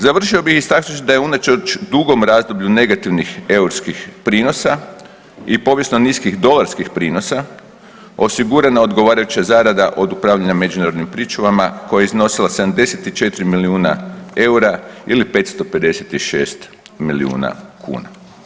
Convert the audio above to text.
Završio bih i istaknuo da je unatoč dugom razdoblju negativnih europskih prinosa i povijesno niskih dolarskih prinosa osigurana odgovarajuća zarada od upravljanja međunarodnim pričuvama koja je iznosila 74 milijuna EUR-a ili 556 milijuna kuna.